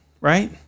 right